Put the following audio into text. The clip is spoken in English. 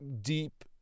deep